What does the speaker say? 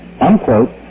unquote